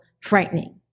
frightening